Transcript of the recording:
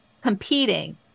competing